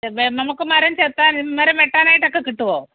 നമ്മള്ക്കു മരം ചെത്താനും മരം വെട്ടാനായിട്ടൊക്കെ കിട്ടുവോ